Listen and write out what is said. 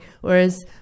Whereas